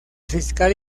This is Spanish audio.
fiscal